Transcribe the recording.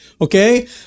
Okay